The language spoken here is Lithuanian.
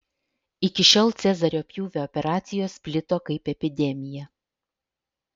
iki šiol cezario pjūvio operacijos plito kaip epidemija